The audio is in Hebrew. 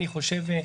אני חושב,